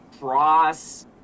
cross